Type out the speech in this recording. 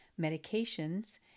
medications